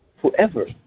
Forever